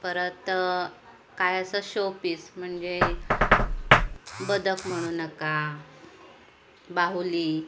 परत काय असं शोपीस म्हणजे बदक म्हणू नका बाहुली